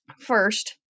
first